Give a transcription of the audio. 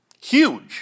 Huge